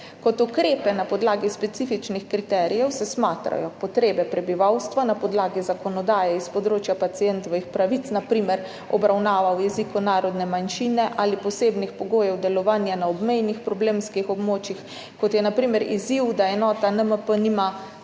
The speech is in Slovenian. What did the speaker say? Kot ukrepe na podlagi specifičnih kriterijev se smatrajo potrebe prebivalstva na podlagi zakonodaje s področja pacientovih pravic, na primer obravnava v jeziku narodne manjšine, ali posebnih pogojev delovanja na obmejnih problemskih območjih, kot je na primer izziv, da enota NMP nima